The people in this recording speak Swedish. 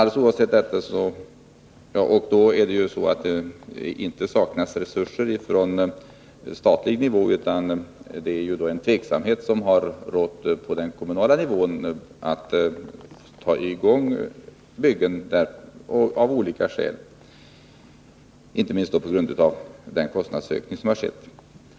Det saknas inte heller resurser på statlig nivå, utan det har rått en tveksamhet på den kommunala nivån när det det gällt att sätta i gång byggen, inte minst på grund av den kostnadsökning som skett.